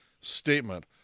statement